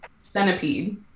centipede